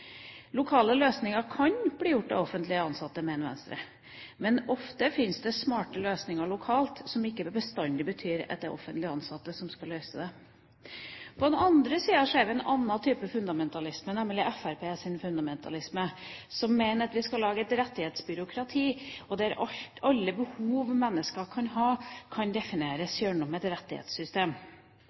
Lokale løsninger kan bli gjort av offentlig ansatte, mener Venstre, men ofte finnes det smarte løsninger lokalt, og det betyr ikke bestandig at det er offentlig ansatte som skal utføre dem. På den andre siden ser vi en annen type fundamentalisme, nemlig Fremskrittspartiets fundamentalisme. Man mener at vi skal lage et rettighetsbyråkrati, der alle behov mennesker kan ha, kan defineres gjennom et rettighetssystem.